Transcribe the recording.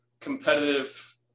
competitive